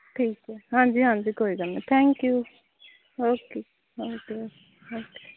ਠੀਕ ਹੈ ਹਾਂਜੀ ਹਾਂਜੀ ਕੋਈ ਗੱਲ ਨੀ thank you okay okay okay okay